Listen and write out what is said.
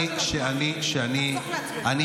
חבל על הזמן.